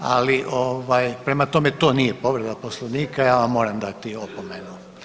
Ali prema tome, to nije povreda Poslovnika, ja vam moram dati opomenu.